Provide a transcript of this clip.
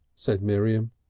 said miriam.